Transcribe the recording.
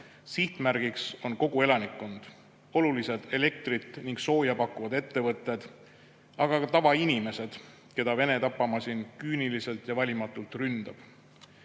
Sihtmärgiks on kogu elanikkond, olulised elektrit ning sooja pakkuvad ettevõtted, aga ka tavainimesed, keda Vene tapamasin küüniliselt ja valimatult ründab